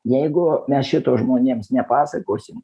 jeigu mes šito žmonėms nepasakosim